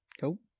Cool